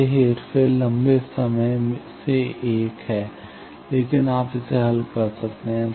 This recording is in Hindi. यह हेरफेर लंबे समय से एक है लेकिन आप इसे हल कर सकते हैं